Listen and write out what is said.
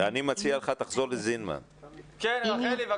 התרבות והספורט): הם לא מדברים איתם בקיצור.